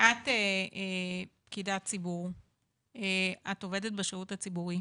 את פקידת ציבור, את עובדת בשירות הציבורי,